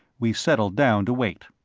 we settled down to wait.